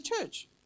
church